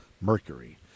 Mercury